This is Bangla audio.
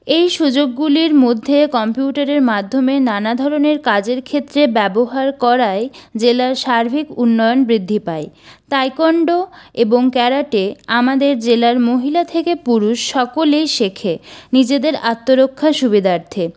এই সুযোগগুলির মধ্যে কম্পিউটারের মাধ্যমে নানাধরনের কাজের ক্ষেত্রে ব্যবহার করায় জেলার সার্বিক উন্নয়ন বৃদ্ধি পায় তাইকোন্ডো এবং ক্যারাটে আমাদের জেলার মহিলা থেকে পুরুষ সকলেই শেখে নিজেদের আত্মরক্ষার সুবিধার্থে